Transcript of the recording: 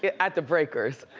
yeah at the breakers.